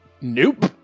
Nope